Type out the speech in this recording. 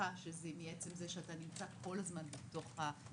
מניחה שוב שההבדל נובע מעצם העובדה שאתה נמצא כל הזמן בתוך הבית,